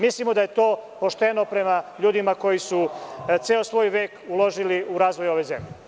Mislimo da je to pošteno prema ljudima koji su ceo svoj vek uložili u razvoj ove zemlje.